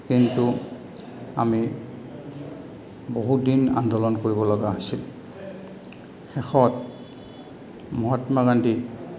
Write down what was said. কিন্তু আমি বহুত দিন আন্দোলন কৰিবলগা হৈছিল শেষত মহাত্মা গান্ধী